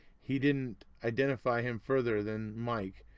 he didn't identify him further than mike,